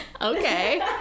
Okay